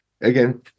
again